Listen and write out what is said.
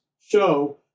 show